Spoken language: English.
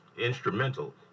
instrumental